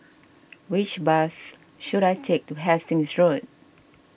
which bus should I take to Hastings Road